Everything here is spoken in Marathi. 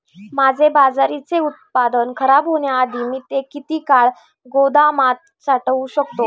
माझे बाजरीचे उत्पादन खराब होण्याआधी मी ते किती काळ गोदामात साठवू शकतो?